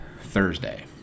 Thursday